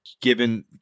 given